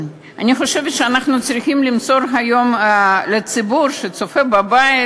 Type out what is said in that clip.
אני חושבת שאנחנו צריכים למסור היום לציבור שצופה בבית